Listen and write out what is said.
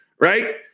right